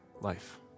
life